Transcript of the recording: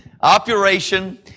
Operation